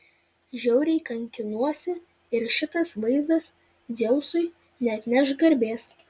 žiauriai kankinuosi ir šitas vaizdas dzeusui neatneš garbės